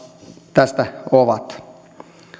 tästä ovat